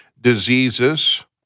Diseases